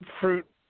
fruit